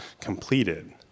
completed